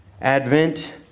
Advent